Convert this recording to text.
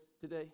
today